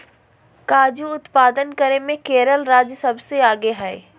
काजू उत्पादन करे मे केरल राज्य सबसे आगे हय